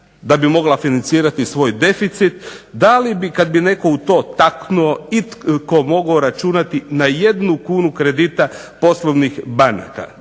da bi mogla financirati svoj deficit. Da li bi kad bi netko u to taknuo itko mogao računati na jednu kunu kredita poslovnih banaka?